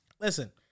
Listen